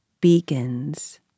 beacons